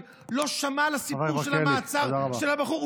לא שמע על הסיפור של המעצר של הבחור.